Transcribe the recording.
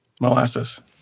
molasses